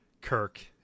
Kirk